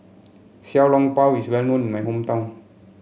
Xiao Long Bao is well known in my hometown